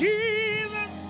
Jesus